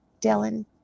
Dylan